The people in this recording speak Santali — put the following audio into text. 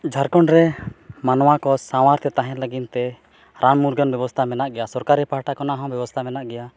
ᱡᱷᱟᱲᱠᱷᱚᱸᱰ ᱨᱮ ᱢᱟᱱᱣᱟᱠᱚ ᱥᱟᱶᱟᱨᱛᱮ ᱛᱟᱦᱮᱱ ᱞᱟᱹᱜᱤᱫ ᱛᱮ ᱨᱟᱱ ᱢᱩᱨᱜᱟᱹᱱ ᱵᱮᱵᱚᱥᱛᱟ ᱢᱮᱱᱟᱜ ᱜᱮᱭᱟ ᱥᱚᱨᱠᱟᱨᱤ ᱯᱟᱦᱴᱟ ᱠᱷᱚᱱᱟᱜ ᱦᱚᱸ ᱵᱮᱵᱚᱥᱛᱟ ᱢᱮᱱᱟᱜ ᱜᱮᱭᱟ